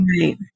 right